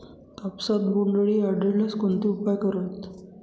कापसात बोंडअळी आढळल्यास कोणते उपाय करावेत?